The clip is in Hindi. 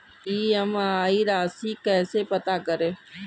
ई.एम.आई राशि कैसे पता करें?